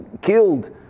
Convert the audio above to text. killed